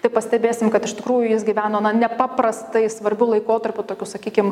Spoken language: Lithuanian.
tai pastebėsim kad iš tikrųjų jis gyveno nepaprastai svarbiu laikotarpiu tokiu sakykim